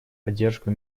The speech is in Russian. поддержку